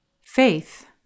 Faith